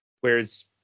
Whereas